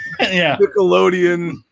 Nickelodeon